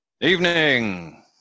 Evening